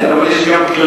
כן, אבל יש גם כללים.